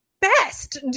best